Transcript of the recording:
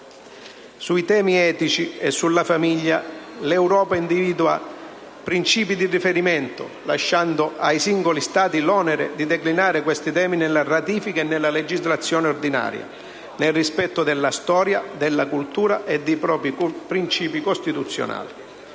Sui temi etici e sulla famiglia l'Europa individua principi di riferimento, lasciando ai singoli Stati l'onere di declinare questi temi nella ratifica e nella legislazione ordinaria, nel rispetto della storia, della cultura e dei propri principi costituzionali.